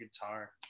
guitar